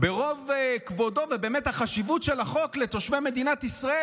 ברוב כבודו והחשיבות של החוק לתושבי מדינת ישראל,